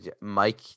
Mike